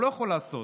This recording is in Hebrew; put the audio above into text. הוא לא יכול לעשות.